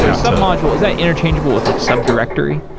sub-module, is that interchangeable with like subdirectory?